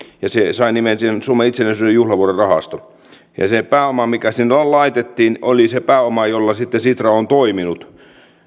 ja se sai nimen suomen itsenäisyyden juhlavuoden rahasto se pääoma mikä sinne laitettiin oli se pääoma jolla sitten sitra on toiminut